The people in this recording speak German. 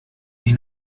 wie